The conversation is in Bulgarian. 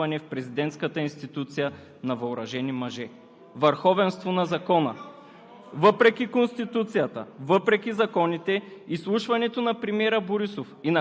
Никой не е неуязвим от подобна атака, доказа безпрецедентното нахлуване в президентската институция на въоръжени мъже. (Шум и реплики